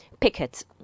picket